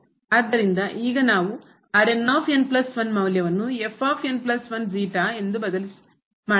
ಆದ್ದರಿಂದ ಈಗ ನಾವು ಮೌಲ್ಯವನ್ನು ಎಂದು ಬದಲಿ ಮಾಡಿದ್ದೇವೆ